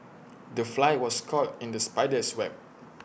the fly was caught in the spider's web